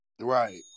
Right